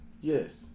Yes